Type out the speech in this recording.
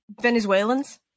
Venezuelans